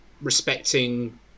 respecting